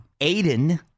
Aiden